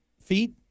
feet